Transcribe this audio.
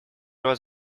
was